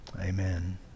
amen